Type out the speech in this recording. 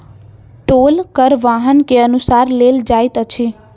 टोल कर वाहन के अनुसार लेल जाइत अछि